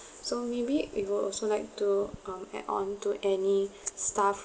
so maybe you would also like to um add on to any staff